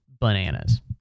bananas